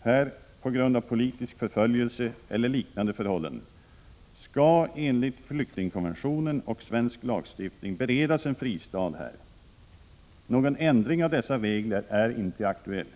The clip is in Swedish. här på grund av politisk förföljelse eller liknande förhållanden skall enligt flyktingkonventionen och svensk lagstiftning beredas en fristad här. Någon ändring av dessa regler är inte aktuell.